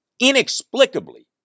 Inexplicably